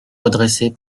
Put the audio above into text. redresser